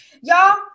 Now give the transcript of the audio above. y'all